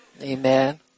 Amen